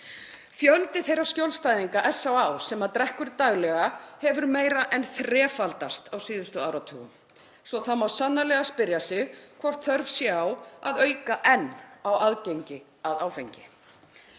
Fjöldi þeirra skjólstæðinga SÁÁ sem drekkur daglega hefur meira en þrefaldast á síðustu áratugum svo það má sannarlega spyrja sig hvort þörf sé á að auka enn á aðgengi að áfengi.